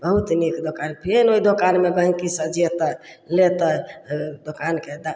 बहुत नीक दोकान फेन ओइ दोकानमे गँहिकी सभ जेतय लेतय ओइ दोकानके